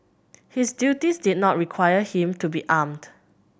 his duties did not require him to be armed